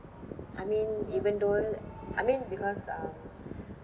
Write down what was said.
I mean even though I mean because um